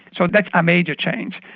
so that's a major change.